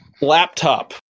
laptop